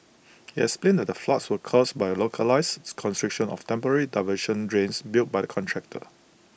he explained the floods were caused by A localised its constriction of temporary diversion drains built by the contractor